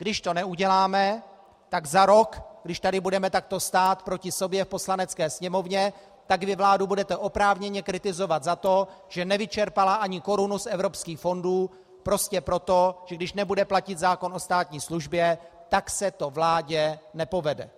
Když to neuděláme, tak za rok, když tady budeme takto stát proti sobě v Poslanecké sněmovně, tak vy vládu budete oprávněně kritizovat za to, že nevyčerpala ani korunu z evropských fondů prostě proto, že když nebude platit zákon o státní službě, tak se to vládě nepovede.